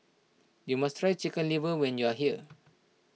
you must try Chicken Liver when you are here